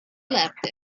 left